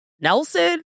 Nelson